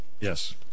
Yes